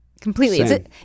completely